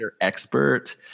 expert